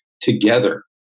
together